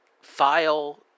file